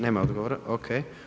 Nema odgovora, ok.